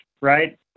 right